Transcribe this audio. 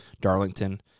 Darlington